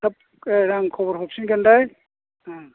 थाब आं खबर हरफिनगोन दे ओ